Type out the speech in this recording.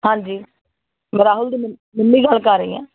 ਹਾਂਜੀ ਮੈਂ ਰਾਹੁਲ ਦੀ ਮੰ ਮੰਮੀ ਗੱਲ ਕਰ ਰਹੀ ਹਾਂ